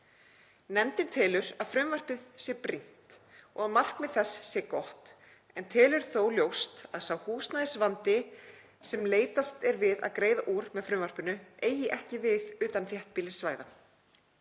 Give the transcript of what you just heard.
Nefndin telur að frumvarpið sé brýnt og að markmið þess sé gott, en telur þó ljóst að sá húsnæðisvandi sem leitast er við að greiða úr með frumvarpinu eigi ekki við utan þéttbýlissvæða.